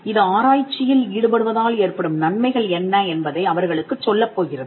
இது ஆராய்ச்சியில் ஈடுபடுவதால் ஏற்படும் நன்மைகள் என்ன என்பதை அவர்களுக்குச் சொல்லப் போகிறது